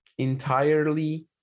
Entirely